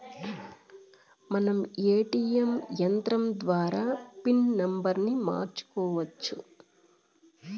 మనం ఏ.టీ.యం యంత్రం ద్వారా పిన్ నంబర్ని మార్చుకోవచ్చు